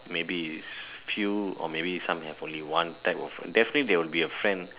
maybe is few or maybe some only have one type of definitely there would be a fan